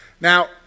Now